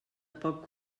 poc